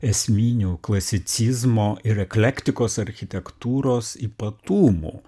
esminių klasicizmo ir eklektikos architektūros ypatumų